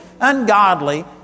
ungodly